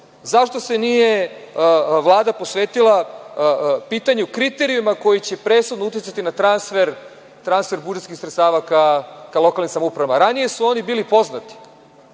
Zašto se nije Vlada posvetila pitanju kriterijuma koji će presudno uticati na transfer budžetskih sredstava ka lokalnim samoupravama? Ranije su oni bili poznati,